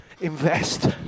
invest